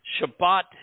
Shabbat